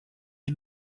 est